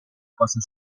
cosa